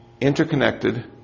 interconnected